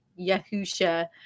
Yahusha